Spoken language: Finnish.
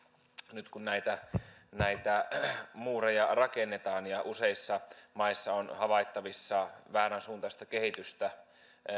nyt kun näitä muureja rakennetaan ja useissa maissa on havaittavissa väärän suuntaista kehitystä